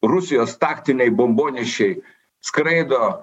rusijos taktiniai bombonešiai skraido